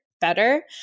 better